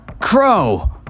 Crow